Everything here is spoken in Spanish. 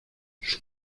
sus